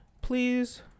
please